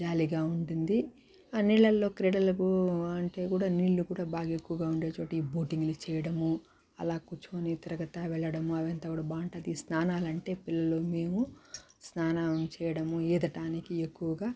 జాలీగా ఉంటుంది నీళ్లల్లో క్రీడలకు అంటే కూడా నీళ్లు కూడా బాగా ఎక్కువగా ఉండేచోటీ బోటింగ్లు చేయడము అలా కూర్చొని తిరగతా వెళ్ళడము అవంతా కూడా బాగుంటుంది స్నానాలంటే పిల్లలూ మేమూ స్నానాలు చేయడము ఈదటానికి ఎక్కువగా